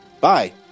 bye